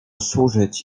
służyć